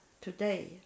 today